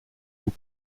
vous